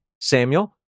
Samuel